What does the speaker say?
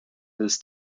his